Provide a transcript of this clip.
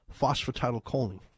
phosphatidylcholine